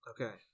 Okay